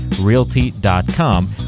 realty.com